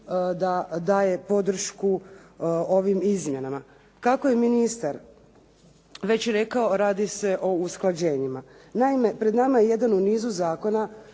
daje podršku ovim izmjenama. Kako je ministar već rekao radi se o usklađenjima. Naime, pred nama je jedan u nizu zakona